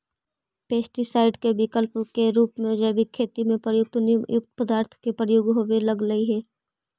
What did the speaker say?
pesticide के विकल्प के रूप में जैविक खेती में प्रयुक्त नीमयुक्त पदार्थ के प्रयोग होवे लगले हि